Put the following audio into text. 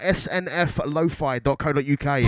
snflofi.co.uk